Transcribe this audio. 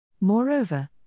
Moreover